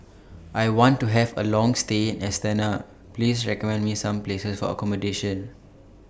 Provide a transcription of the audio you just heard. I want to Have A Long stay in Astana Please recommend Me Some Places For accommodation